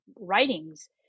writings